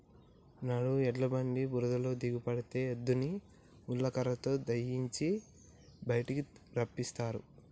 నాడు ఎడ్ల బండి బురదలో దిగబడితే ఎద్దులని ముళ్ళ కర్రతో దయియించి బయటికి రప్పిస్తారు